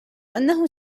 أنه